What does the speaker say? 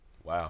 Wow